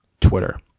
Twitter